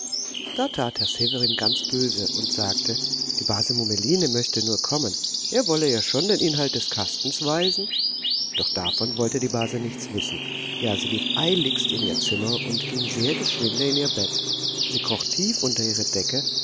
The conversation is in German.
da tat herr severin ganz böse und er sagte die base mummeline möchte nur kommen er wolle ihr schon den inhalt des kastens weisen doch davon wollte die base nichts wissen ja sie lief eiligst in ihr zimmer und ging sehr geschwinde in ihr bett sie kroch tief unter ihre decke